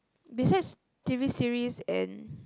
besides t_v series and